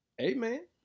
amen